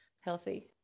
healthy